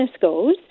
goes